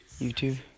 YouTube